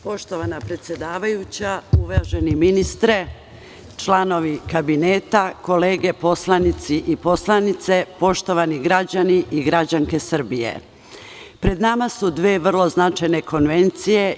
Poštovana predsedavajuća, uvaženi ministre, članovi kabineta, kolege poslanici i poslanice, poštovani građani i građanke Srbije, pred nama su dve vrlo značajna konvencije.